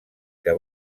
que